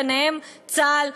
ביניהם צה"ל,